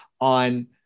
on